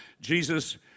Jesus